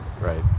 Right